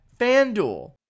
FanDuel